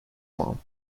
mom